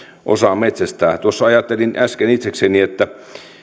osaa metsästää tuossa ajattelin äsken itsekseni että